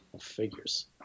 figures